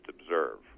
observe